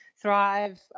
thrive